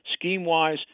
scheme-wise